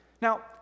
Now